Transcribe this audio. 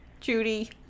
Judy